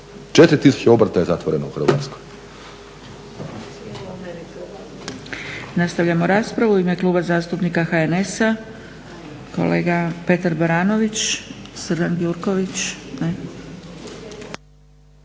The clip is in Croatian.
ne ja. 4000 obrta je zatvoreno u Hrvatskoj.